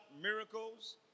miracles